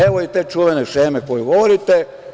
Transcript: Evo i te čuvene šeme o kojoj govorite.